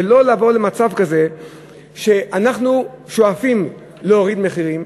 ולא לבוא למצב כזה שכאשר אנחנו שואפים להוריד מחירים,